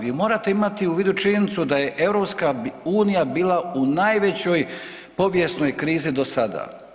Vi morate imati u vidu činjenicu da je EU bila u najvećoj povijesnoj krizi do sada.